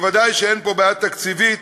וודאי שאין פה בעיה תקציבית,